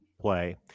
play